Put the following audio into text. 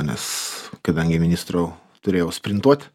nes kadangi ministru turėjau sprintuot